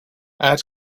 add